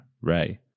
Ray